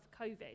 COVID